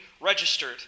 registered